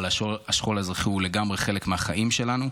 אבל השכול האזרחי הוא לגמרי חלק מהחיים שלנו,